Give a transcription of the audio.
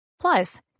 Plus